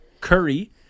Curry